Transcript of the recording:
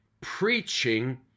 preaching